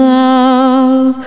love